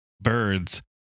birds